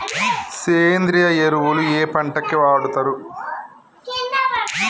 సేంద్రీయ ఎరువులు ఏ పంట కి వాడుతరు?